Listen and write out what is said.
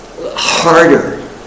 harder